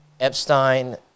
epstein